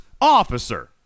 officer